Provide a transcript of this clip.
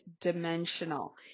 dimensional